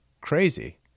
crazy